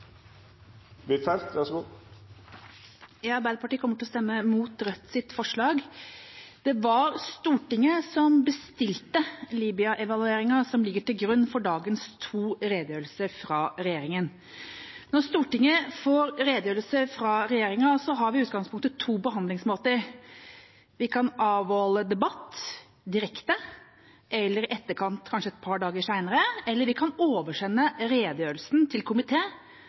vær så god. Arbeiderpartiet kommer til å stemme mot Rødts forslag. Det var Stortinget som bestilte Libya-evalueringen som ligger til grunn for dagens to redegjørelser fra regjeringa. Når Stortinget får redegjørelser fra regjeringa, har vi i utgangspunktet to behandlingsmåter: Vi kan avholde debatt direkte eller i etterkant, kanskje et par dager senere, eller vi kan oversende redegjørelsen til